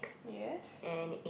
yes